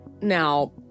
Now